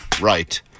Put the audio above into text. right